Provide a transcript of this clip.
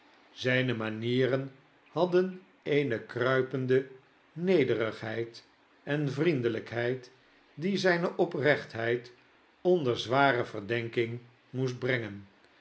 zijne manieren hadden eene kruipende nederigheid en vriendelijkheid die zijne oprechtheid onder zware verdenking moest brengen